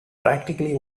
practically